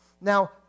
Now